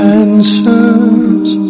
answers